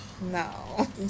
no